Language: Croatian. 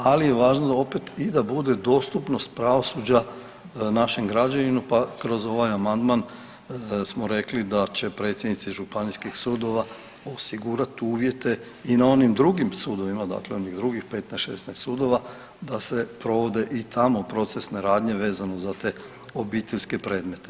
Ali je važno opet i da bude dostupnost pravosuđa našem građaninu, pa kroz ovaj amandman smo rekli da će predsjednici županijskih sudova osigurati uvjete i na onim drugim sudovima, dakle onih drugih 15, 16 sudova da se provode i tamo procesne radnje vezano za te obiteljske predmete.